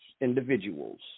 individuals